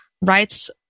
writes